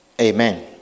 Amen